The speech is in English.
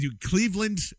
Cleveland